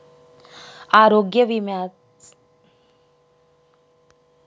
आरोग्य विमाचा कालावधी किती महिने असतो?